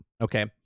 Okay